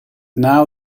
now